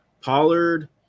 Pollard